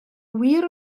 wir